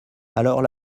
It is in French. alors